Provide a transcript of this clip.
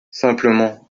simplement